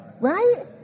right